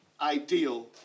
ideal